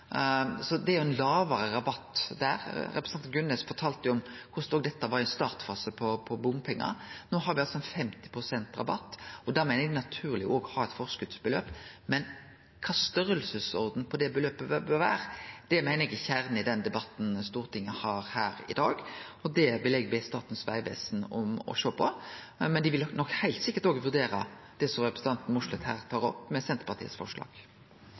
det er ein lågare rabatt der. Representanten Gunnes fortalde om korleis dette var i startfasen når det gjaldt bompengar. No har vi altså 50 pst. rabatt, og da meiner eg det er naturleg å ha eit forskotsbeløp. Men kva storleiken på det beløpet bør vere, meiner eg er kjernen i den debatten Stortinget har her i dag, og det vil eg be Statens vegvesen om å sjå på. Men dei vil nok heilt sikkert òg vurdere det som representanten Mossleth her tar opp med Senterpartiets forslag.